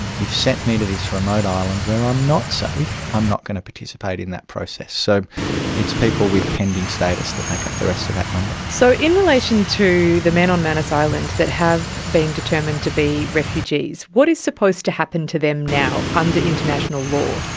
you've sent me to this remote island where i am not safe, i'm not going to participate in that process. so it's people with pending status that make up the rest of that number. so in relation to the men on manus island that have been determined to be refugees, what is supposed to happen to them now under international law?